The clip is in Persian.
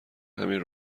همین